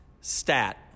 stat